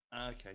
Okay